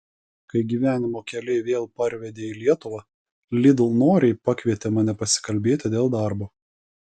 kai gyvenimo keliai vėl parvedė į lietuvą lidl noriai pakvietė mane pasikalbėti dėl darbo